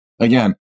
again